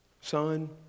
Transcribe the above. Son